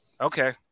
okay